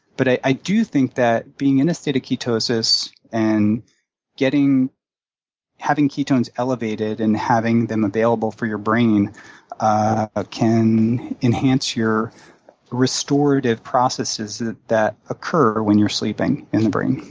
but i do think that being in a state of ketosis and having ketones elevated and having them available for your brain ah can enhance your restorative processes that that occur when you're sleeping in the brain.